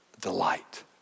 delight